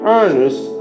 earnest